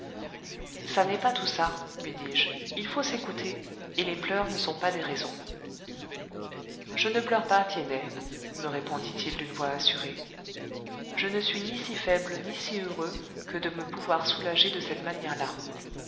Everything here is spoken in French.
ça n'est pas tout ça lui dis-je il faut s'écouter et les pleurs ne sont pas des raisons je ne pleure pas tiennet me répondit-il d'une voix assurée je ne suis ni si faible ni si heureux que de me pouvoir soulager de cette manière-là